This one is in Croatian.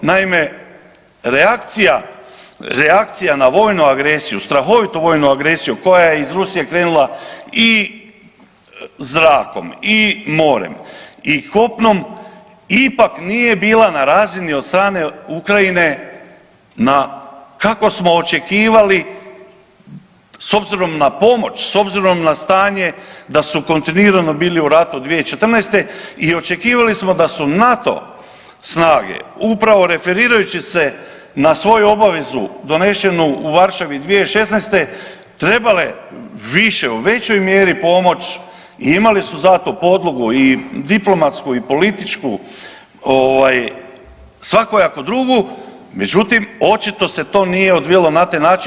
Naime, reakcija na vojnu agresiju, strahovitu vojnu agresiju koja je iz Rusije krenula i zrakom i morem i kopnom ipak nije bila na razini od strane Ukrajine na kako smo očekivali s obzirom na pomoć, s obzirom na stanje da su kontinuirano bili u ratu od 2014. i očekivali smo da su NATO snage upravo referirajući se na svoju obavezu donesenu u Varšavi 2016. trebale više u većoj mjeri pomoć i imali su za to podlogu i diplomatsku i političku, svakojaku drugu, međutim očito se to nije odvijalo na taj način.